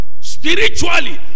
spiritually